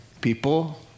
People